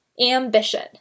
ambition